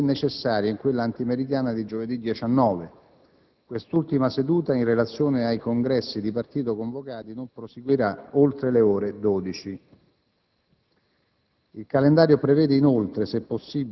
aprile, con prosieguo nella seduta pomeridiana e, se necessario, in quella antimeridiana di giovedì 19. Quest'ultima seduta - in relazione ai Congressi di partito convocati - non proseguirà oltre le ore 12.